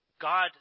God